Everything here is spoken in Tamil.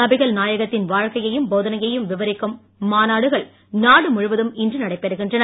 நபிகள் நாயகத்தின் வாழ்க்கையையும் போதனைகளையும் விவரிக்கும் மாநாடுகள் நாடுமுழுவதும் இன்று நடைபெறுகின்றன